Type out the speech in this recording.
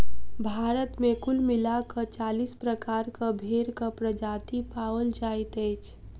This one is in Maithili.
भारत मे कुल मिला क चालीस प्रकारक भेंड़क प्रजाति पाओल जाइत अछि